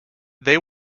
they